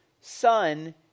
son